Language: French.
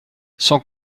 sans